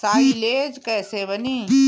Silage कईसे बनी?